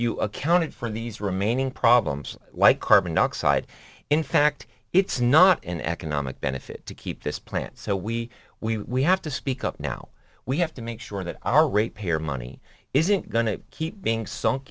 you accounted for these remaining problems like carbon dioxide in fact it's not an economic benefit to keep this plant so we we have to speak up now we have to make sure that our rate payers money isn't going to keep being sunk